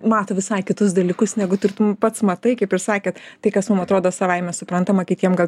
mato visai kitus dalykus negu tartum pats matai kaip ir sakėt tai kas mum atrodo savaime suprantama kitiem gal